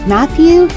Matthew